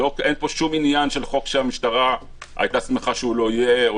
אין פה שום עניין של חוק שהמשטרה הייתה שמחה שהוא לא יהיה או